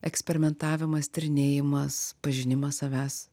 eksperimentavimas tyrinėjimas pažinimas savęs